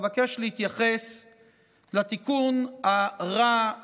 אבקש להתייחס לתיקון הרע,